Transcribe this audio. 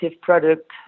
product